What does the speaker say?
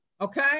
okay